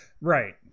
Right